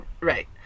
right